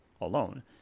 alone